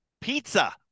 Pizza